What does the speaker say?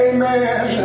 Amen